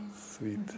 sweet